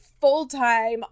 full-time